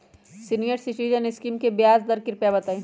senior citizen scheme के ब्याज दर कृपया बताईं